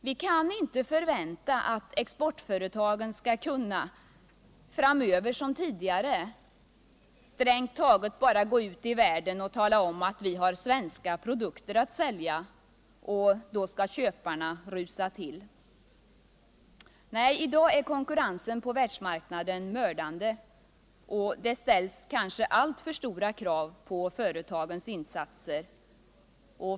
Vi kan inte förvänta att exportföretagen framöver skall kunna såsom tidigare strängt taget bara gå ut i världen och tala om att vi har svenska produkter att sälja, och då skall köparna rusa till. Nej, i dag är konkurrensen på världsmarknaden 173 mördande, och det ställs kanske alltför stora krav på företagens insatser.